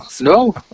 No